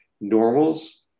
normals